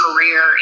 career